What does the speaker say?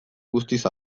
guztiz